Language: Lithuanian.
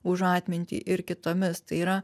už atmintį ir kitomis tai yra